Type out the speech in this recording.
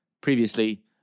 Previously